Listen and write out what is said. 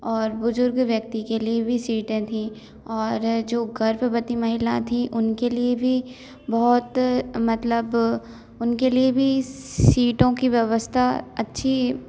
और बुजुर्ग व्यक्ति के लिए भी सीटें थीं और जो गर्भवती महिला थीं उनके लिए भी बहुत मतलब उनके लिए भी सीटों की व्यवस्था अच्छी